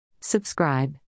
Subscribe